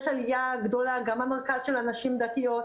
יש עלייה גדולה גם במרכז של הנשים הדתיות,